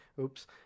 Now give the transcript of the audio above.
oops